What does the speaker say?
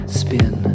spin